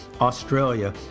Australia